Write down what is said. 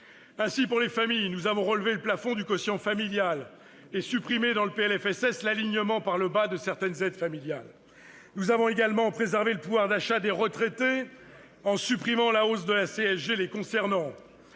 Ainsi, pour les familles, nous avons relevé le plafond du quotient familial et supprimé dans le PLFSS l'alignement par le bas de certaines aides familiales. Nous avons également préservé le pouvoir d'achat des retraités, en supprimant la hausse de CSG les concernant.